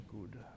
Good